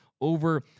over